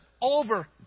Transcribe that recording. over